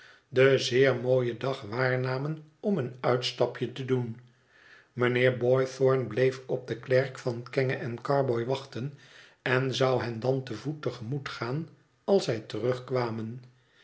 den zeer mooien dag waarnamen om een uitstapje te doen mijnheer boythorn bleef op den klerk van kenge en carboy wachten en zou hen dan te voet te gemoet gaan als zij terugkwamen